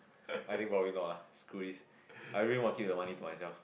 I think probably not lah screw this I really want to keep the money to myself